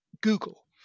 Google